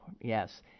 yes